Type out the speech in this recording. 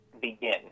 begin